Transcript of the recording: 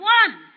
one